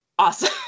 awesome